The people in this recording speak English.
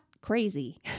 crazy